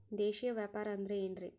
ದೇಶೇಯ ವ್ಯಾಪಾರ ಅಂದ್ರೆ ಏನ್ರಿ?